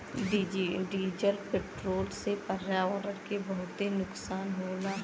diesel petrol से पर्यावरण के बहुते नुकसान होला